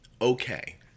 Okay